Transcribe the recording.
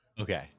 Okay